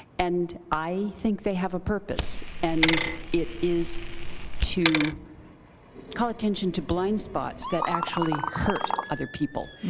and i think they have a purpose, and it is to call attention to blind spots that actually hurt other people,